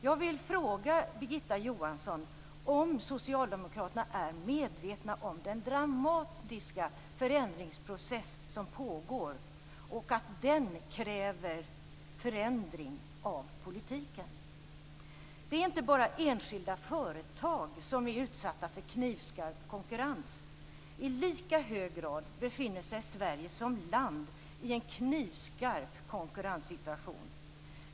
Jag vill fråga Birgitta Johansson om Socialdemokraterna är medvetna om den dramatiska förändringsprocess som pågår och att den kräver förändring av politiken. Det är inte bara enskilda företag som är utsatta för knivskarp konkurrens. I lika hög grad befinner sig Sverige som land i en knivskarp konkurrenssituation.